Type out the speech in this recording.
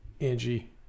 Angie